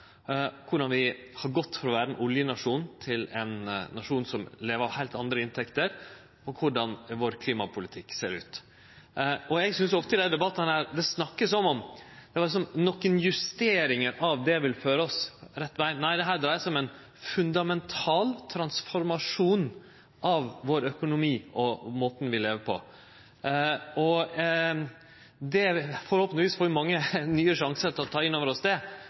korleis vi har gått frå å vere ein oljenasjon til ein nasjon som lever av heilt andre inntekter og korleis klimapolitikken vår ser ut. Eg synest ofte i desse debattane at det vert snakka som om nokre justeringar vil føre oss på rett veg. Nei, dette dreiar seg om ein fundamental transformasjon av økonomien vår og måten vi lever på. Forhåpentlegvis får vi mange nye sjansar til å ta det innover oss, men etter mitt syn er kanskje det